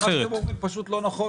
מה שהם אומרים זה פשוט לא נכון,